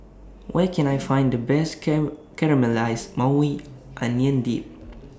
Where Can I Find The Best Caramelized Maui Onion Dip